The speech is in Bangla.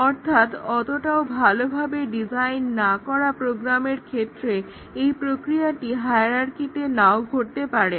অর্থাৎ অতটাও ভালো ভাবে ডিজাইন না করা প্রোগ্রামের ক্ষেত্রে এই প্রক্রিয়াটি হায়ারার্কিতে নাও ঘটতে পারে